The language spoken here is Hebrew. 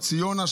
זו ציונה,